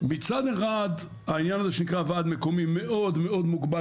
מצד אחד העניין הזה שנקרא ועד מקומי מאוד מאוד מוגבל